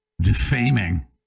defaming